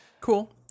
cool